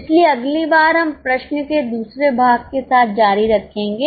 इसलिए अगली बार हम प्रश्न के दूसरे भाग के साथ जारी रखेंगे